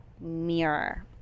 Mirror